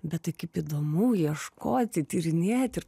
bet tai kaip įdomu ieškoti tyrinėti ir